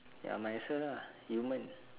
ya might as well lah yumen